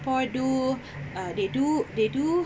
do uh they do they do